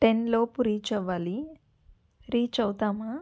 టెన్లోపు reach అవ్వాలి reach అవుతామా